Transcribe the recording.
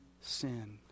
sin